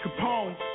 Capone